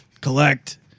collect